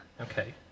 Okay